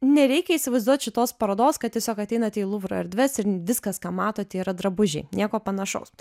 nereikia įsivaizduot šitos parodos kad tiesiog ateinate į luvro erdves ir viskas ką matote yra drabužiai nieko panašaus